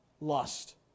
lust